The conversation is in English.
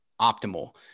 optimal